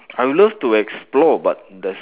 I would love to explore but there's